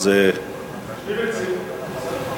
אני אציג.